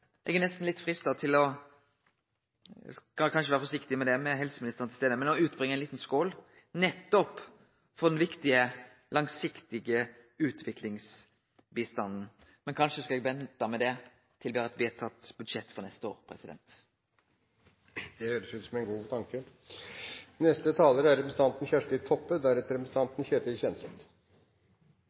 Eg er nesten litt freista til å – eg skal kanskje vere forsiktig med det, med helseministeren til stades – bere fram ei lita skål, nettopp for den viktige, langsiktige utviklingsbistanden! Men kanskje skal eg vente med det til me har vedtatt eit budsjett for neste år. Det høres ut som en god tanke.